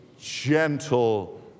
gentle